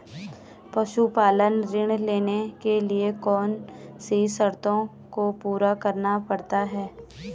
पशुपालन ऋण लेने के लिए कौन सी शर्तों को पूरा करना पड़ता है?